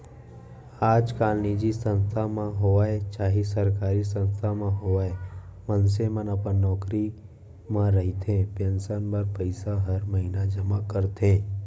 आजकाल निजी संस्था म होवय चाहे सरकारी संस्था म होवय मनसे मन अपन नौकरी म रहते पेंसन बर पइसा हर महिना जमा करथे